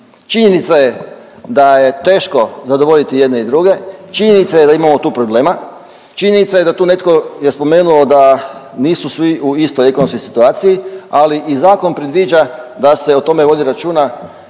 Činjenica je da je teško zadovoljiti i jedne i druge, činjenica je da imamo tu problema, činjenica je da tu netko je spomenuo da nisu svi u istoj ekonomskoj situaciji, ali i zakon predviđa da se o tome vodi računa